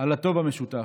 על הטוב המשותף.